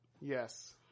Yes